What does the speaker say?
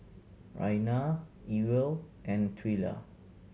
Raina Ewell and Twila